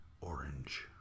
orange